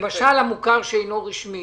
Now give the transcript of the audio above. למשל למוכר שאינו רשמי